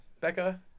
Becca